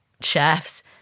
chefs